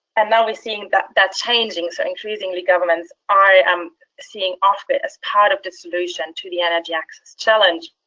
and now we're seeing that that's changing, so increasingly governments are um seeing off-grid as part of the solution to the energy access challenge.